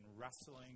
wrestling